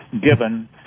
given